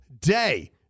day